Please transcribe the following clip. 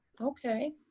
Okay